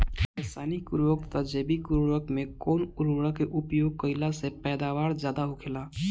रसायनिक उर्वरक तथा जैविक उर्वरक में कउन उर्वरक के उपयोग कइला से पैदावार ज्यादा होखेला?